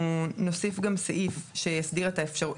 אנחנו נוסיף גם סעיף שיסדיר את האפשרות,